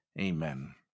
amen